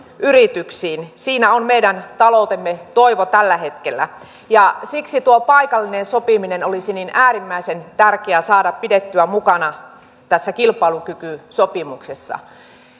yrityksiin siinä on meidän taloutemme toivo tällä hetkellä siksi tuo paikallinen sopiminen olisi niin äärimmäisen tärkeää saada pidettyä mukana tässä kilpailukykysopimuksessa